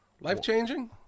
Life-changing